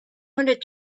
hundred